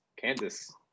Kansas